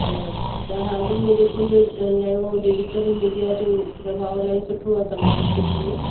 त हाल ई में जेको ईअं नओं डिजिटल मीडिया जो प्रभाव इलाही सुठो आहे कला जे क्षेत्र में